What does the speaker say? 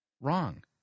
wrong